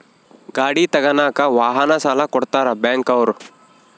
ಗಾಡಿ ತಗನಾಕ ವಾಹನ ಸಾಲ ಕೊಡ್ತಾರ ಬ್ಯಾಂಕ್ ಅವ್ರು